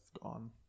gone